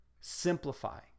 Simplify